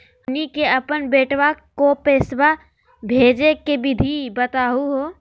हमनी के अपन बेटवा क पैसवा भेजै के विधि बताहु हो?